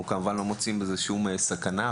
אנחנו לא מוצאים בזה שום סכנה,